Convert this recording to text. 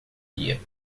dia